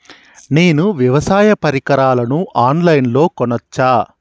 నేను వ్యవసాయ పరికరాలను ఆన్ లైన్ లో కొనచ్చా?